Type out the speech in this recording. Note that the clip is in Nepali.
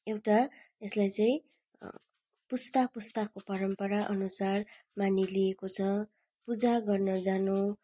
एउटा यसलाई चाहिँ पुस्ता पुस्ताको परम्परा अनुसार मानिलिएको छ पूजा गर्न जानु